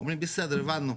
אומרים בסדר, הבנו.